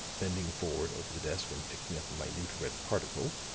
bending forward over the desk and picking up a minute red particle,